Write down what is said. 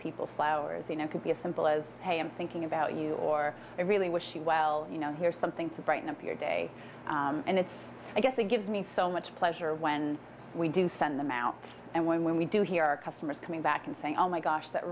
people flowers you know could be as simple as hey i'm thinking about you or i really wish you well you know here's something to brighten up your day and it's i guess it gives me so much pleasure when we do send them out and when we do hear our customers coming back and saying oh my gosh that